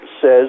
says